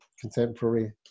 contemporary